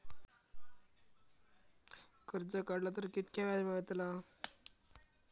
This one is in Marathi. कर्ज काडला तर कीतक्या व्याज मेळतला?